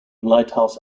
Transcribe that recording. lighthouse